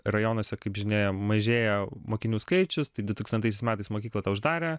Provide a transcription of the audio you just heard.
rajonuose kaip žinia mažėja mokinių skaičius dutūkstantaisiais metais mokyklą tą uždarė